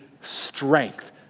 strength